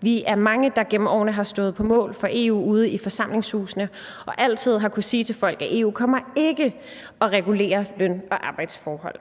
Vi er mange, der gennem årene har stået på mål for EU ude i forsamlingshusene og altid har kunnet sige til folk, at EU ikke ville komme og regulere løn- og arbejdsforhold.